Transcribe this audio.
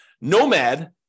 Nomad